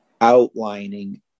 outlining